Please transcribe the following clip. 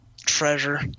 treasure